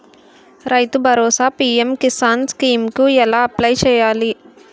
రైతు Bharosa PM Kisan scheme కు ఎలా అప్లయ్ చేయాలి?